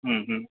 हूँ हूँ